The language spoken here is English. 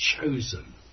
chosen